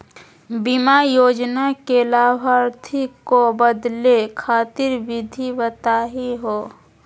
बीमा योजना के लाभार्थी क बदले खातिर विधि बताही हो?